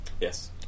Yes